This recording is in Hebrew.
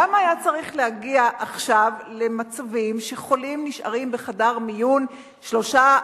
למה היה צריך להגיע עכשיו למצבים שחולים נשארים בחדר מיון שלושה,